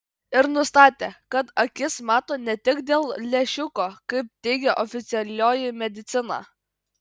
ir nustatė kad akis mato ne tik dėl lęšiuko kaip teigia oficialioji medicina